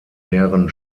deren